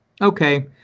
okay